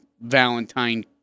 Valentine